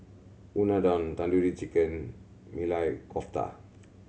Unadon Tandoori Chicken Maili Kofta